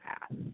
path